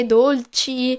dolci